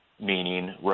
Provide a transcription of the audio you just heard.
meaning